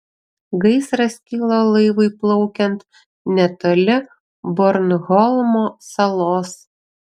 gaisras kilo laivui plaukiant netoli bornholmo salos